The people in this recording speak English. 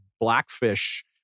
Blackfish